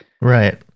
Right